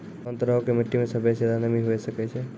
कोन तरहो के मट्टी मे सभ्भे से ज्यादे नमी हुये सकै छै?